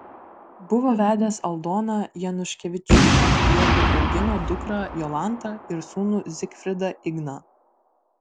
buvo vedęs aldona januškevičiūtę jiedu augino dukrą jolantą ir sūnų zigfridą igną